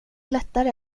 lättare